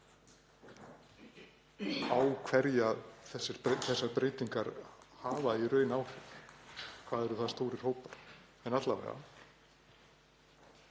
á hverja þessar breytingar hafa í raun áhrif. Hvað eru það stórir hópar? Önnur tala